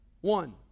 One